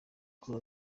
kuba